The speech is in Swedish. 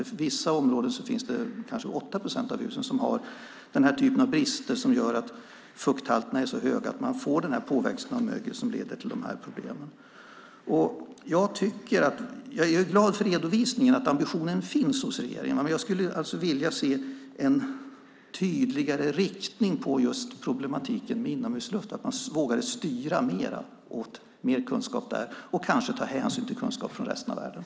I vissa områden har kanske 8 procent av husen den typen att brister som gör att fukthalterna är så höga att det blir denna påväxt av mögel som leder till dessa problem. Jag är glad för redovisningen av att ambitionen finns hos regeringen, men jag skulle vilja se en tydligare riktning mot problemen med inomhusluft, att våga styra åt mer kunskap där och kanske ta hänsyn till kunskap från resten av världen.